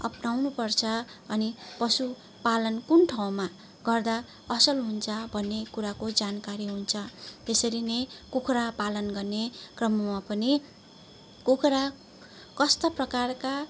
अप्नाउनु पर्छ अनि पशु पालन कुन ठाउँमा गर्दा असल हुन्छ भन्ने कुराको जानकारी हुन्छ त्यसरी नै कुखुरा पालन गर्ने क्रममा पनि कुखुरा कस्ता प्रकारका